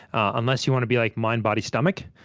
unless you want to be, like, mind body stomach,